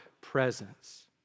presence